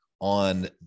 on